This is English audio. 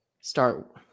start